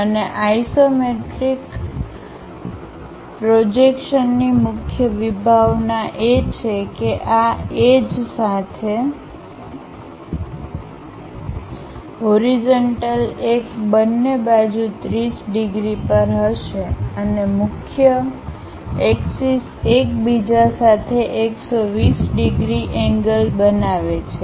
અને isometric projection ની મુખ્ય વિભાવના એ છે કે આ આ એજસાથે હોરિઝન્ટલ એક બંને બાજુ 30 ડિગ્રી પર હશે અને મુખ્ય એક્સિસ એકબીજા સાથે 120 ડિગ્રી એંગલ બનાવે છે